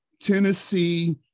Tennessee